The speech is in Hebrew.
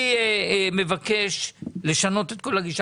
אני מבקש לשנות את כל הגישה.